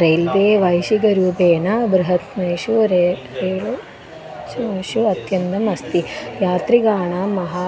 railway वैश्विकरूपेण बृहद्यत्नेषु rail रेलु शमिषु अत्यन्तम् अस्ति यात्रिकाणां महा